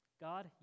God